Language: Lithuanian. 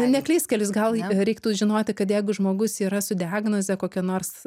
ne klystkelius gal reiktų žinoti kad jeigu žmogus yra su diagnoze kokia nors